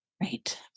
right